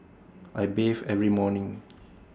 I bathe every morning